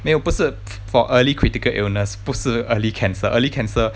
没有不是 for early critical illness 不是 early cancer early cancer